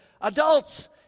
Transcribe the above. Adults